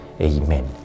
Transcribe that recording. amen